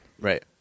right